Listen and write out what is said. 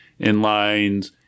inlines